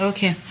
Okay